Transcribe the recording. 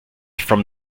from